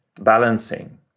balancing